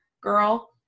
girl